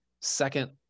second